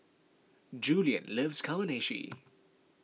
Julien loves Kamameshi